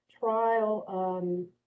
Trial